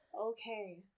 Okay